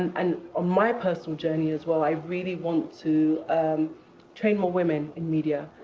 and on my personal journey as well, i really want to train more women in media.